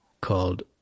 called